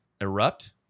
erupt